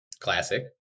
classic